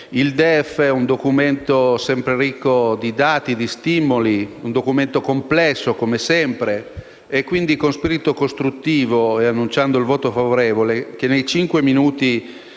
il DEF è un documento sempre ricco di dati e di stimoli, un documento complesso, come sempre. È quindi con spirito costruttivo, e annunciando il mio voto favorevole che, nei cinque minuti